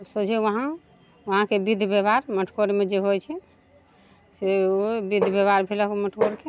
सोझे उहाँ उहाँके बिध व्यवहार मटकोरमे जे होइ छै से ओ बिध व्यवहार भेलक मटकोर के